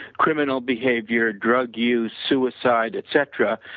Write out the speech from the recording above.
criminal behavior, drug use, suicide, etcetera,